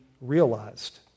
realized